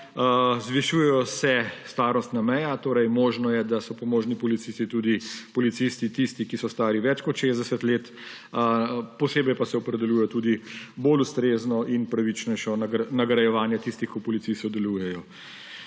Zvišuje se starostna meja, torej možno je, da so pomožni policisti tudi tisti, ki so stari več kot 60 let. Posebej pa se opredeljuje tudi bolj ustrezno in pravičnejšo nagrajevanje tistih, ki v policiji sodelujejo.